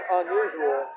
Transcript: unusual